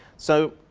so